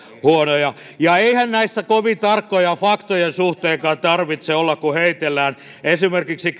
huonoja ja eihän näissä kovin tarkkoja faktojen suhteenkaan tarvitse olla kun heitellään kun esimerkiksi